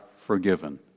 forgiven